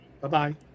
Bye-bye